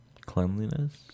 Cleanliness